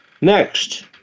Next